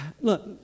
Look